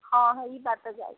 हँ हँ इ बात तऽ जायज छै